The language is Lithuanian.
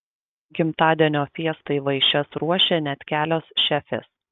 gimtadienio fiestai vaišes ruošė net kelios šefės